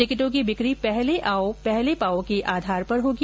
टिकटो की बिकी पहले आओ पहले पाओ के आधार पर होगी